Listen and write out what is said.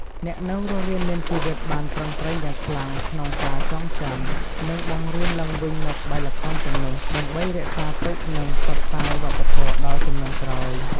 អ្នកនៅរស់រានមានជីវិតបានប្រឹងប្រែងយ៉ាងខ្លាំងក្នុងការចងចាំ និងបង្រៀនឡើងវិញនូវក្បាច់ល្ខោនទាំងនោះ ដើម្បីរក្សាទុក និងផ្សព្វផ្សាយវប្បធម៌ដល់ជំនាន់ក្រោយ។